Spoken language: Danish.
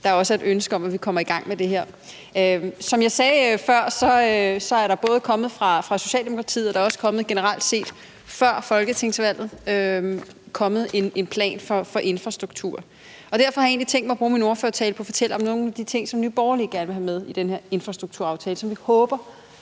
at der også er et ønske om, at vi kommer i gang med det her. Som jeg sagde før, er der både fra Socialdemokratiet og også generelt set før folketingsvalget kommet en plan for infrastruktur, og derfor har jeg egentlig tænkt mig at bruge min ordførertale på at fortælle om nogle af de ting, som Nye Borgerlige gerne vil have med i den her infrastrukturaftale, som vi håber